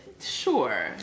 Sure